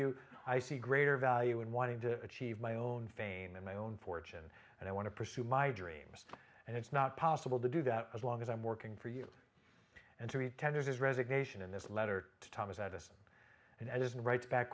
you i see greater value in wanting to achieve my own fame than my own fortune and i want to pursue my dreams and it's not possible to do that as long as i'm working for you and to be tendered his resignation in this letter to thomas edison and edison writes back